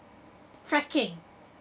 fracking